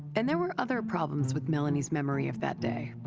and there were other problems with melanie's memory of that day.